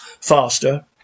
faster